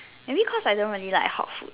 maybe cause I don't really like hot food